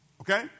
Okay